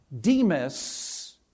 Demas